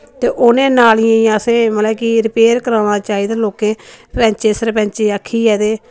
ते उनै नालिऐं गी असें मतलव कि रिपेयर कराना चाहिदा लौकें पैंचे सरपैंचे गी आखियै ते